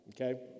okay